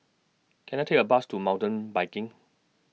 Can I Take A Bus to Mountain Biking